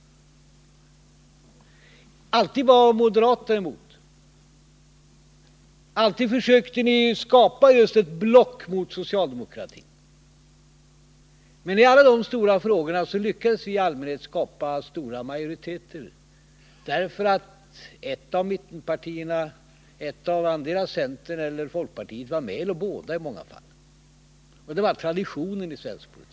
Alltid var moderaterna emot våra förslag. Alltid försökte man skapa ett block just mot socialdemokratin. Men i alla dessa stora frågor lyckades vi i allmänhet skapa breda majoriteter med hjälp av ett av mittenpartierna — centerpartiet eller folkpartiet, eller i många fall båda. Det var traditionen i svensk politik.